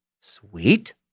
Sweet